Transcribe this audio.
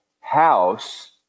house